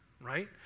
right